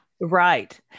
Right